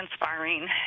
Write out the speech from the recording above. inspiring